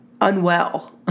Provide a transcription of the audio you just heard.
unwell